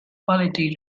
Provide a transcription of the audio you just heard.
quality